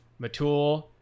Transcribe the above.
Matul